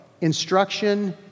instruction